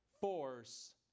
force